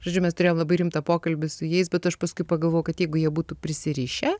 žodžiu mes turėjom labai rimtą pokalbį su jais bet aš paskui pagalvojau kad jeigu jie būtų prisirišę